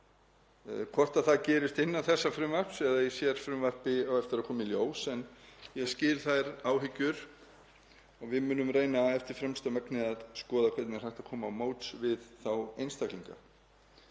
Hvort það gerist innan þessa frumvarps eða í sérfrumvarpi á eftir að koma í ljós en ég skil þær áhyggjur og við munum reyna eftir fremsta megni að skoða hvernig er hægt að koma til móts við þá einstaklinga.